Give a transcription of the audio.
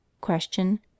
Question